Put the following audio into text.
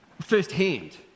firsthand